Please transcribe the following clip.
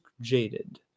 Jaded